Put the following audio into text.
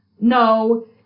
no